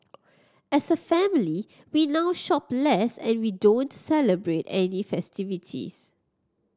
as a family we now shop less and we don't celebrate any festivities